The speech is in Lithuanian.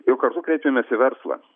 jau kartu kreipėmės į verslą